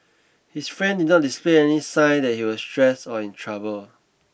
his friend did not display any sign that he was stressed or in trouble